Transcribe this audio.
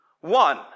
One